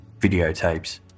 videotapes